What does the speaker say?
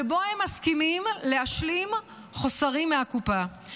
שבו הם מסכימים להשלים חוסרים מהקופה,